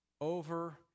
over